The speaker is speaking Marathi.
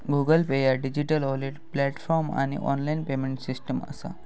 गुगल पे ह्या डिजिटल वॉलेट प्लॅटफॉर्म आणि ऑनलाइन पेमेंट सिस्टम असा